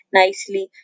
nicely